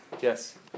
yes